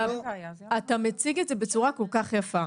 אתה מציג את זה בצורה כל כך יפה,